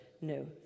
no